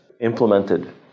implemented